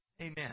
Amen